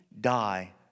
die